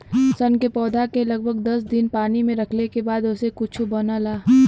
सन के पौधा के लगभग दस दिन पानी में रखले के बाद ओसे कुछो बनला